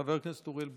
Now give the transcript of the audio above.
חבר הכנסת אוריאל בוסו,